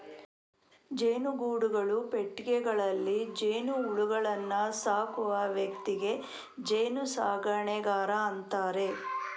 ಜೇನುಗೂಡುಗಳು, ಪೆಟ್ಟಿಗೆಗಳಲ್ಲಿ ಜೇನುಹುಳುಗಳನ್ನ ಸಾಕುವ ವ್ಯಕ್ತಿಗೆ ಜೇನು ಸಾಕಣೆಗಾರ ಅಂತಾರೆ